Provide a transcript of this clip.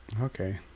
Okay